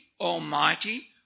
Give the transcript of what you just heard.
almighty